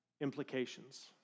implications